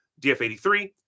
DF83